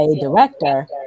director